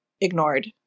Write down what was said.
ignored